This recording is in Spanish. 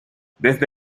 desde